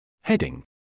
Heading